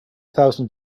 thousand